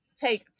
take